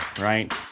right